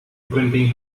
printing